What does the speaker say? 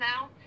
now